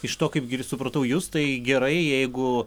iš to kaip gerai supratau jus tai gerai jeigu